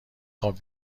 خواب